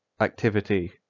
activity